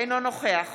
אינו נוכח